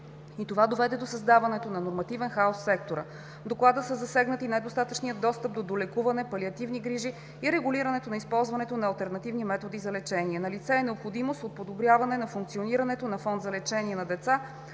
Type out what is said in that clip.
и това доведе до създаването на нормативен хаос в сектора. В Доклада са засегнати недостатъчният достъп до долекуване, палиативни грижи и регулирането на използването на алтернативни методи за лечение. Налице е необходимост от подобряване на функционирането на Фонда за лечение на деца.